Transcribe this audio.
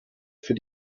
für